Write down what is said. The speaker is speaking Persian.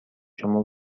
شما